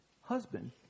husband